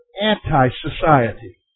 anti-society